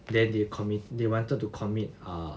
then they commit they wanted to commit err